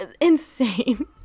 Insane